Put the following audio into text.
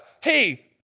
Hey